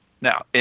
Now